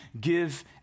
give